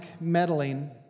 meddling